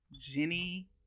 Jenny